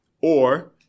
Or-